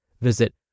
Visit